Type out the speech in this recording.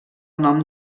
nom